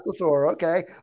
okay